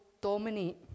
dominate